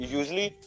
usually